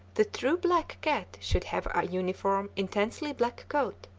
the true black cat should have a uniform, intensely black coat,